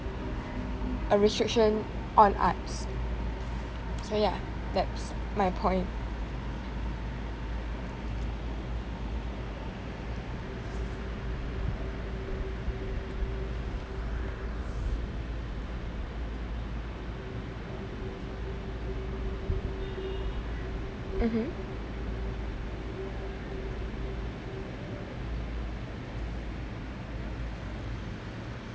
a restriction on arts so ya that's my point mm mm